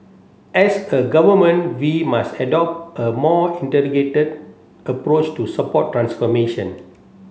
as a Government we must adopt a more integrated approach to support transformation